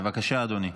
בבקשה, אדוני.